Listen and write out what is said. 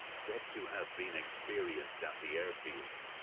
said to have been experienced at the airfield,